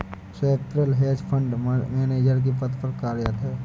Swapnil hedge fund manager के पद पर कार्यरत है